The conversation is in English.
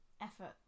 effort